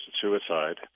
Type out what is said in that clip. suicide